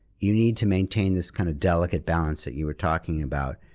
you need to maintain this kind of delicate balance that you were talking about.